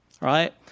right